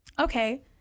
okay